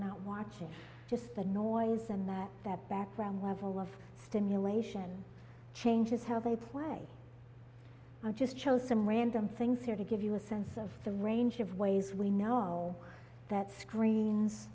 not watching just the noise and that that background level of stimulation changes how they play i just chose some random things here to give you a sense of the range of ways we know that screens